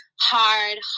hard